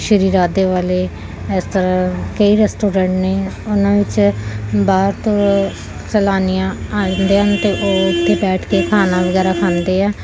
ਸ਼੍ਰੀ ਰਾਧੇ ਵਾਲੇ ਇਸ ਤਰ੍ਹਾਂ ਕਈ ਰੈਸਟੋਰੈਂਟ ਨੇ ਉਹਨਾਂ ਵਿੱਚ ਬਾਹਰ ਤੋਂ ਸੈਲਾਨੀਆਂ ਆਉਂਦੇ ਹਨ ਅਤੇ ਉਹ ਉੱਥੇ ਬੈਠ ਕੇ ਖਾਣਾ ਵਗੈਰਾ ਖਾਂਦੇ ਆ